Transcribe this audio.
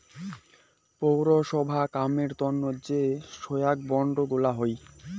পৌরসভার কামের তন্ন যে সোগায় বন্ড গুলা হই